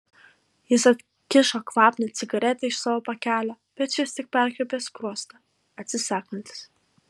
jis atkišo kvapnią cigaretę iš savo pakelio bet šis tik perkreipė skruostą atsisakantis